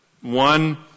one